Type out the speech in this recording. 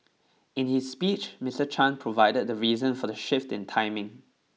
in his speech Mister Chan provided the reason for the shift in timing